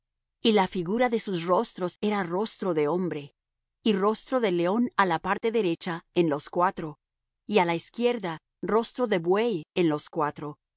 y la figura de sus rostros era rostro de hombre y rostro de león á la parte derecha en los cuatro y á la izquierda rostro de buey en los cuatro